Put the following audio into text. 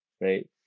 right